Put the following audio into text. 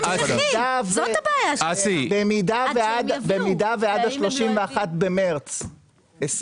במידה ועד ה-31 במרץ 2024,